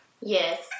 yes